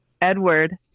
edward